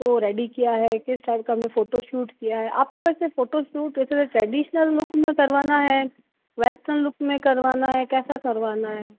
को रेडी किया है किस टाइप का हमने फोटो शूट किया है आपको वैसे फोटो शूट ट्रेडिशनल लुक में करवाना है वेस्टर्न लुक में करवाना है कैसा करवाना है